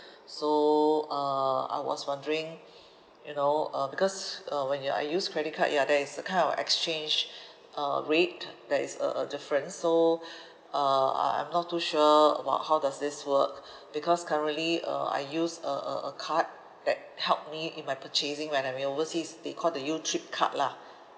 so uh I was wondering you know uh because uh when you I use credit card ya there is a kind of exchange uh rate that is uh uh different so uh I I'm not too sure about how does this work because currently uh I use a a a card that help me in my purchasing when I'm overseas they call the you trip card lah